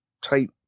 type